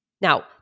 Now